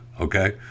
Okay